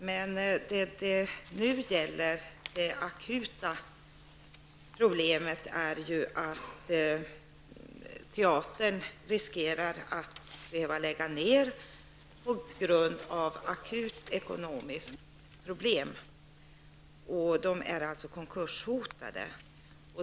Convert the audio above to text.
Men det som det nu gäller är det akuta problemet att teatern riskerar att behöva lägga ned verksamheten på grund av akut ekonomiskt problem. Gruppen är alltså konkurshotad.